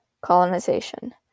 colonization